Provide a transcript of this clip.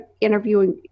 interviewing